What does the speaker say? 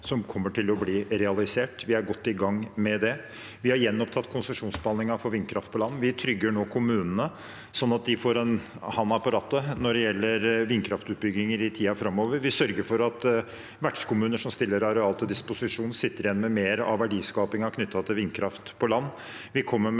som kommer til å bli realisert. Vi er godt i gang med det. Vi har gjenopptatt konsesjonsbehandlingen for vindkraft på land. Vi trygger nå kommunene, sånn at de får hånden på rattet når det gjelder vindkraftutbygginger i tiden framover. Vi sørger for at vertskommuner som stiller areal til disposisjon, sitter igjen med mer av verdiskapingen knyttet til vindkraft på land.